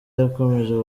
yakomeje